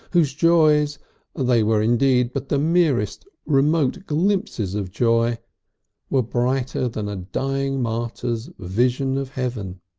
whose joys they were indeed but the merest remote glimpses of joy were brighter than a dying martyr's vision of heaven.